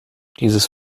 dieses